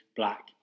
black